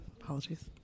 apologies